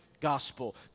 gospel